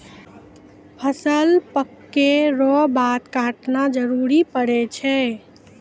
फसल पक्कै रो बाद काटना जरुरी पड़ै छै